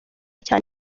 cyane